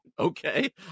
Okay